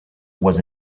was